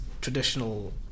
traditional